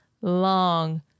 long